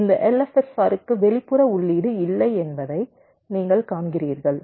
எனவே இந்த LFSR க்கு வெளிப்புற உள்ளீடு இல்லை என்பதை நீங்கள் காண்கிறீர்கள்